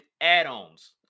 add-ons